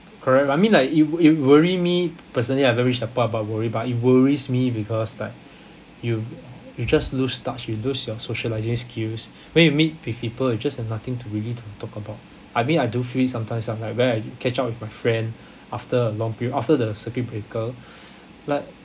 correct I mean like it it worry me personally I don't reach the part about worry but it worries me because like you you just lose touch you lose your socialising skills when you meet with people you just have nothing to really talk about I mean I do feel sometimes I'm like when I catch up with my friend after a long period after the circuit breaker like